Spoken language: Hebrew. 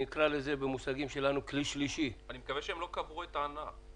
נקרא לזה במושגים שלנו כלי שלישי --- אני מקווה שהם לא קברו את הענף.